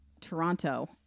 Toronto